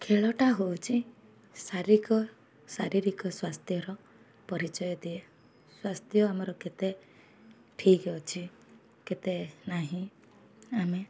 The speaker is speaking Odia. ଖେଳଟା ହେଉଛି ଶାରୀରିକ ଶାରୀରିକ ସ୍ୱାସ୍ଥ୍ୟର ପରିଚୟ ଦିଏ ସ୍ୱାସ୍ଥ୍ୟ ଆମର କେତେ ଠିକ୍ ଅଛି କେତେ ନାହିଁ ଆମେ